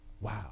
wow